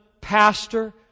pastor